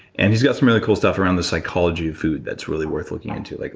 and he's got some really cool stuff around the psychology of food that's really worth looking into. like,